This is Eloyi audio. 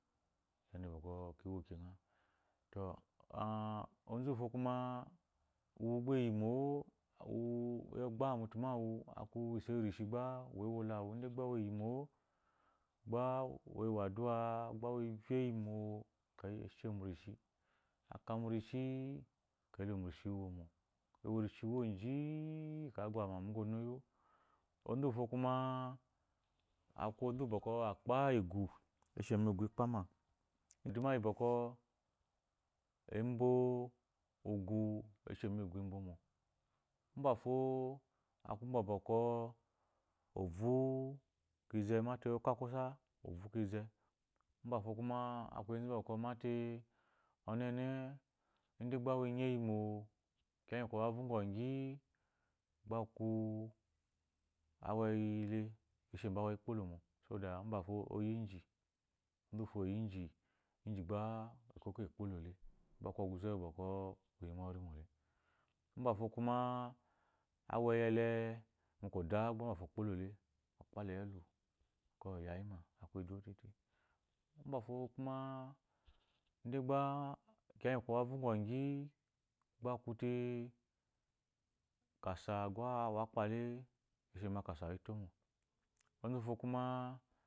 To uh omuwufo kuma uwu gba eyi mo uwu agbama mutu mowu aku iso irishi gba ewole awu ide gba eyi mo gba we wo addua gba we vye eyi mo ekweyi eshi mu rishi aka mu rishi eveyi elo mu rishi wom ewo rishi ji-i evayi agba ma muɔnoyto onzu kuma aku onzu wu bwɔkwɔ akpa igwu eshi mu gu ikpama eduma yi bwɔkwɔ mbɔ ugu eshimo egu imbomo mbafo aku mba boko ovu kenze mtae aka kosa oku kinze mbafo kuma aku enzu bɔko onene anyieyimo kiya ngɔ avɔgɔ nyi gba aku aweyile eshi mo aweyi gkpolomo saboda mbafo oyi iji onzu wufo eyi iji iji gba ikoko ikpolo le gba aku oguze uwu bɔkɔ eyi mu owe erimo le mbafo kuma aweyi ele mu koda gba mbafo kpolo le okpalayi elu ekeyi oyayima aku eduwo tete mbafo kuma idegba kiya igiko avɔgɔgi kasa gba uwu a kpale eshi ma kasa uwu eto mu